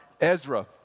Ezra